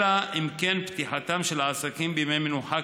אלא אם כן פתיחם של העסקים בימי מנוחה,